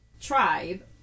tribe